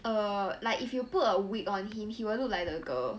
err like if you put a wig on him he will look like the girl